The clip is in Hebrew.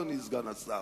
אדוני סגן השר.